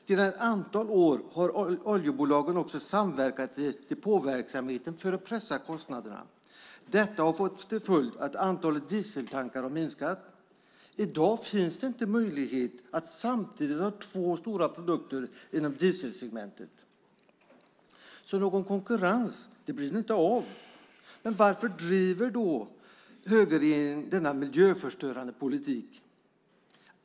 Sedan ett antal år har oljebolagen samverkat i depåverksamheten för att pressa kostnaderna. Detta har fått till följd att antalet dieseltankar har minskat. I dag finns inte möjligheten att samtidigt ha två stora produkter inom dieselsegmentet, så någon konkurrens blir det inte. Varför driver då högerregeringen denna miljöförstörande politik?